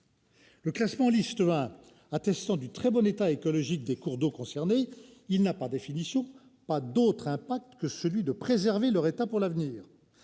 Le classement en liste 1 attestant le très bon état écologique des cours d'eau concernés, il n'a, par définition, pas d'autre impact que celui de préserver leur état pour l'avenir,